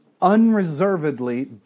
unreservedly